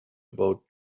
about